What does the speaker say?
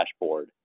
dashboard